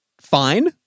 fine